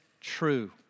true